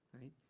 right